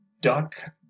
duck